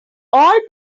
all